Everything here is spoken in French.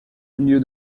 milieu